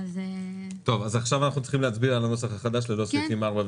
עכשיו אנחנו צריכים להצביע על הנוסח החדש ללא סעיפים (4)